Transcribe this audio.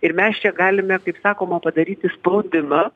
ir mes čia galime kaip sakoma padaryti spaudimą